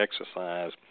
exercise